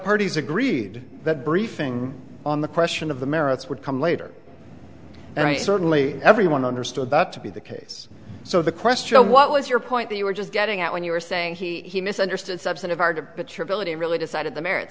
parties agreed that briefing on the question of the merits would come later and i certainly everyone understood that to be the case so the question what was your point that you were just getting out when you were saying he misunderstood subset of arda bitter ability really decided the merits